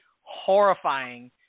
horrifying